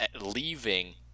leaving